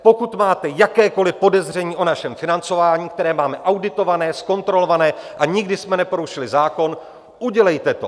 Pokud máte jakékoli podezření o našem financování, které máme auditované, zkontrolované, a nikdy jsme neporušili zákon, udělejte to.